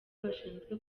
bashinzwe